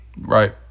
Right